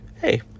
hey